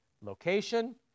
location